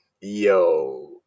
yo